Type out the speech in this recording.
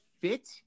fit